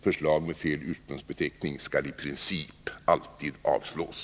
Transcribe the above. Förslag med fel ursprungsbeteckning skall i princip alltid avslås.